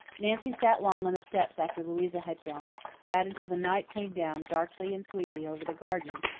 nancy sat long on the steps after louisa had gone sat until the night came down, darkly and sweetly, over the garden,